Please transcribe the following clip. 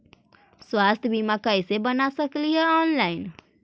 स्वास्थ्य बीमा कैसे बना सकली हे ऑनलाइन?